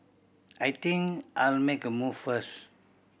I think I'll make a move first